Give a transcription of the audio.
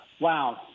wow